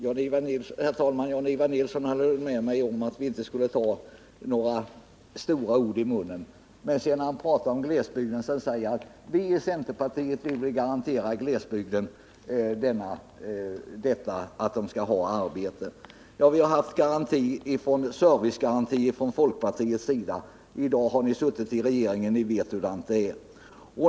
Herr talman! Jan-Ivan Nilsson höll med mig om att vi inte skulle ta några stora ord i munnen. Men när han talar om glesbygden säger han: Vi i centerpartiet vill garantera att människorna i glesbygden skall ha arbete. Ja, vi har haft servicegaranti från folkpartiets sida. I dag sitter ni i regeringen. Ni vet hur det är.